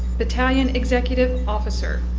battalion executive officer